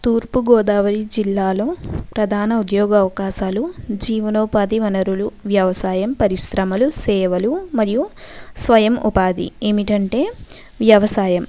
తూర్పూ గోదావరి జిల్లాలో ప్రధాన ఉద్యోగ అవకాశాలు జీవన ఉపాధి వనరలు వ్యవసాయం పరిశ్రమలు సేవలు మరియు స్వయం ఉపాధి ఏమిటంటే వ్యవసాయం